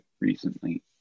recently